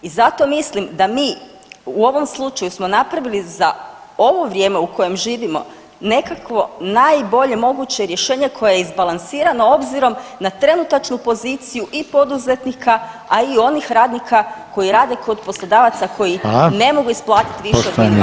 I zato mislim da mi u ovom slučaju smo napravili za ovo vrijeme u kojem živimo nekakvo najbolje moguće rješenje koje je izbalansirano obzirom na trenutačnu poziciju i poduzetnika, a i onih radnika koji rade kod poslodavaca koji ne mogu isplatiti više od minimalne plaće.